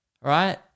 right